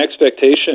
expectation